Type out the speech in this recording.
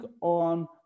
on